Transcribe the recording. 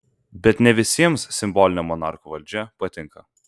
bet ne visiems simbolinė monarchų valdžia patinka